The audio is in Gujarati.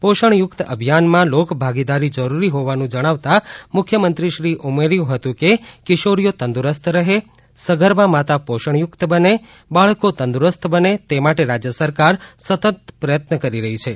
પોષણયુકત અભિયાનમાં લોકભાગીદારી જરૂરી હોવાનું જણાવતાં મુખ્યમંત્રીશ્રીએ ઉમેર્યુ હતું કે કિશોરીઓ તંદુરસ્ત રહે સગર્ભા માતા પોષણયુકત બને બાળકો તંદુરસ્ત બને તે માટે રાજ્ય સરકાર સતત પ્રયત્ન કરી રહી છે